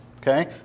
okay